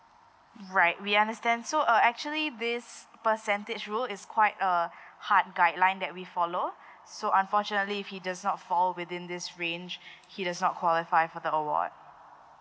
right we understand so uh actually this percentage rule is quite a hard guideline that we follow so unfortunately if he does not fall within this range he does not qualify for the award